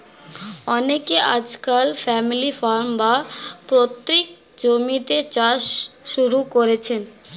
অনেকে আজকাল family farm, বা পৈতৃক জমিতে চাষ শুরু করেছেন